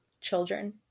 children